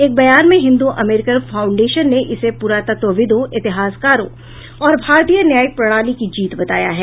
एक बयान में हिंदू अमेरिकन फाउंडेशन ने इसे पुरातत्वविदों इतिहासकारों और भारतीय न्यायिक प्रणाली की जीत बताया है